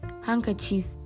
handkerchief